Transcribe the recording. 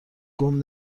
گـم